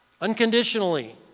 Unconditionally